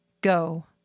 go